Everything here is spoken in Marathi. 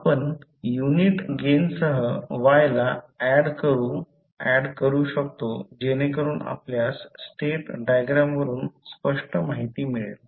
आपण युनिट गेनसह y ला ऍड करू शकतो जेणेकरून आपल्यास स्टेट डायग्राम वरून स्पष्ट माहिती मिळेल